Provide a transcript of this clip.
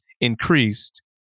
increased